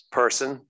person